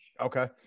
Okay